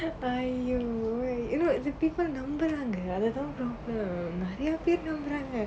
!aiyo! ஐ:ai you now the people நம்புறாங்க அதுதான்:namburaangga athuthaan problem நிறைய பேர் நம்புராங்க:niraiya per namburaanga